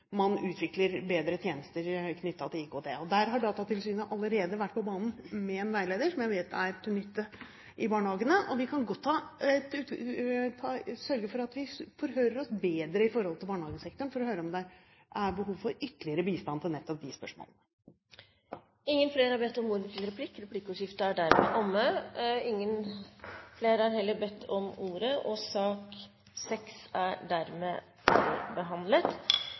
man utvikler bedre tjenester knyttet til IKT. Der har Datatilsynet allerede vært på banen med en veileder, som jeg vet er til nytte i barnehagene. Vi kan godt sørge for å forhøre oss bedre innen barnehagesektoren for å vite om det er behov for ytterligere bistand når det gjelder nettopp de spørsmålene. Replikkordskiftet er omme. Flere har heller ikke bedt om ordet til sak nr. 6. Etter ønske fra familie- og